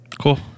Cool